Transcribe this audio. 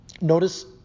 notice